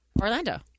Orlando